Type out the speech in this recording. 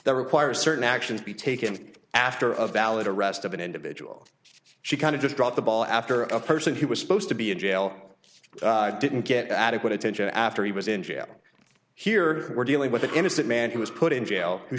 that requires certain actions be taken after of valid arrest of an individual she kind of just dropped the ball after a person he was supposed to be in jail didn't get adequate attention after he was in jail here we're dealing with an innocent man who was put in jail who